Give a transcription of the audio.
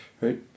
Right